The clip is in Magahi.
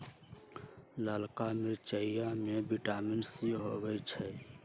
ललका मिरचाई में विटामिन सी होइ छइ